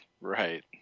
Right